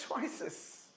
choices